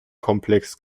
komplex